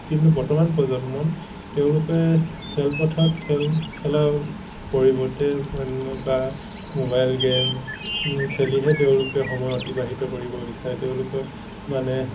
কিন্তু বৰ্তমান প্ৰজন্ম তেওঁলোকে খেলপথাৰত খেল খেলাৰ পৰিৱৰ্তে অন্য়তা মোবাইল গেম খেলিহে তেওঁলোকে সময় অতিবাহিত কৰিব বিচাৰে তেওঁলোকৰ মানে